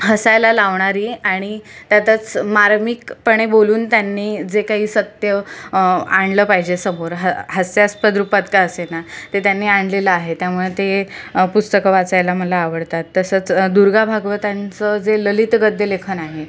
हसायला लावणारी आणि त्यातच मार्मिकपणे बोलून त्यांनी जे काही सत्य आणलं पाहिजे समोर ह हास्यास्पद रुपात का असेना ते त्यांनी आणलेलं आहे त्यामुळे ते पुस्तकं वाचायला मला आवडतात तसंच दुर्गा भागवतांचं जे ललित गद्यलेखन आहे